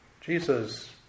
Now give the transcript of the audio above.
Jesus